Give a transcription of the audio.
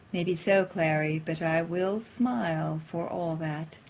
may be so, clary but i will smile for all that.